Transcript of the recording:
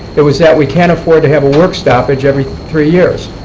it was that we can't afford to have a work stoppage every three years.